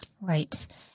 Right